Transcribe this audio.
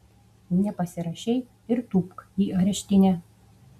nepasirašei ir tūpk į areštinę